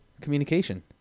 communication